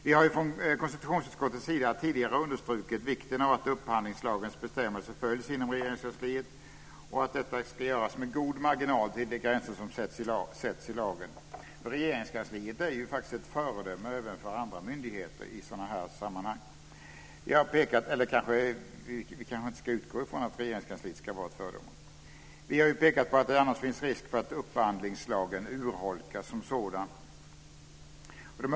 Vi har från konstitutionsutskottets sida tidigare understrukit vikten av att upphandlingslagens bestämmelser ska följas inom Regeringskansliet och att detta ska göras med god marginal till de gränser som sätts i lagen. Regeringskansliet är ju ett föredöme även för andra myndigheter i sådana här sammanhang. Eller vi kanske inte ska utgå från att Regeringskansliet ska vara ett föredöme? Vi har pekat på att det annars finns risk för att upphandlingslagen som sådan urholkas.